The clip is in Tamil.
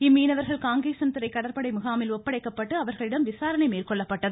இம்மீனவர்கள் காங்கேசன்துறை கடற்படை முகாமில் ஒப்படைக்கப்பட்டு அவர்களிடம் விசாரணை மேற்கொள்ளப்பட்டது